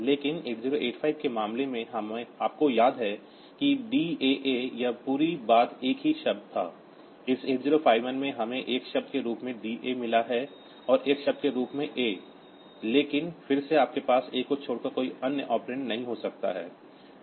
लेकिन 8085 के मामले में आपको याद है कि DAA यह पूरी बात एक ही शब्द था इस 8051 में हमें एक शब्द के रूप में DA मिला है और एक शब्द के रूप में A लेकिन फिर से आपके पास A को छोड़कर कोई अन्य ऑपरेंड नहीं हो सकता है